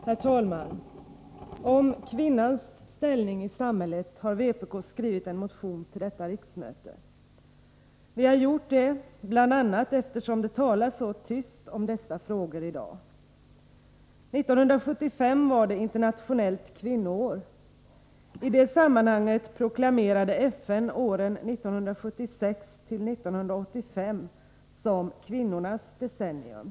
Herr talman! Om kvinnans ställning i samhället har vpk skrivit en motion till detta riksmöte. Vi har gjort det, bl.a. eftersom det talas så tyst om dessa frågor i dag. 1975 var det internationellt kvinnoår. I det sammanhanget proklamerade FN åren 1976-1985 som kvinnornas decennium.